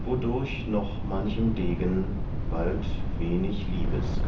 wodurch noch manchem degen bald wenig liebes